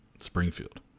Springfield